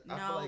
no